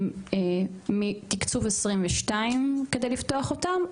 הם מתקצוב 2022 כדי לפתוח אותם?